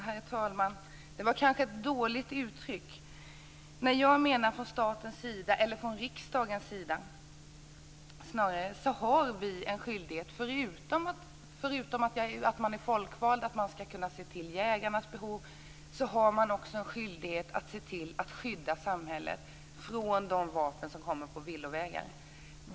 Herr talman! Det var kanske ett dåligt uttryck. Jag menade snarare från riksdagens sida. Förutom att vi är folkvalda och ska kunna se till jägarnas behov, har vi också en skyldighet att skydda samhället från att vapen ska komma på villovägar.